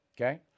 okay